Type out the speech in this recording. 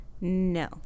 No